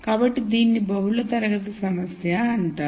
కాబట్టి దీనిని బహుళ తరగతి సమస్య అంటారు